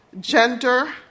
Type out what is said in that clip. gender